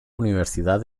universidad